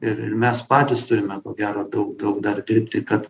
ir mes patys turime ko gero daug daug dar dirbti kad